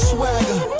Swagger